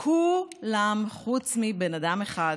זה 60 מיליון שקל שיכלו ללכת לתוספת לחינוך המיוחד,